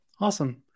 Awesome